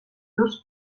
dos